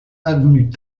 avenue